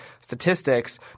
statistics